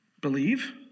Believe